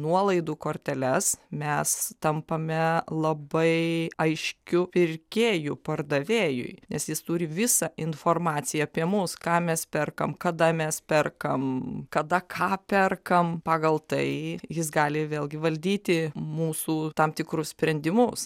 nuolaidų korteles mes tampame labai aiškiu pirkėju pardavėjui nes jis turi visą informaciją apie mus ką mes perkam kada mes perkam kada ką perkam pagal tai jis gali vėlgi valdyti mūsų tam tikrus sprendimus